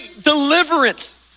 deliverance